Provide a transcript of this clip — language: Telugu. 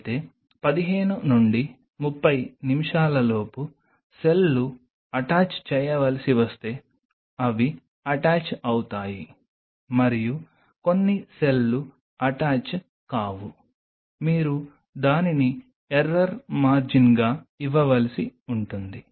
అయితే 15 నుండి 30 నిమిషాలలోపు సెల్లు అటాచ్ చేయవలసి వస్తే అవి అటాచ్ అవుతాయి మరియు కొన్ని సెల్లు అటాచ్ కావు మీరు దానిని ఎర్రర్ మార్జిన్గా ఇవ్వవలసి ఉంటుంది